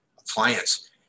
appliance